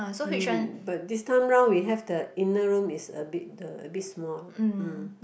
mm but this time round we have the inner room is a bit the a bit small mm